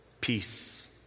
peace